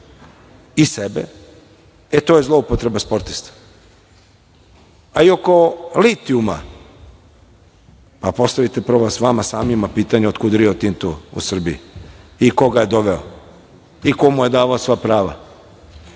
i sebe, to je zloupotreba sportista.A i oko litijuma, postavite prvo vama samima pitanje, otkud Rio Tinto u Srbiji i ko ga je doveo i ko mu je davao sva prava,